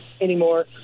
anymore